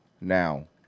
now